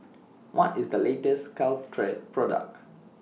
What IS The latest Caltrate Product